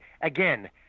again